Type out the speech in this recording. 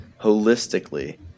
holistically